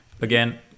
Again